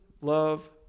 love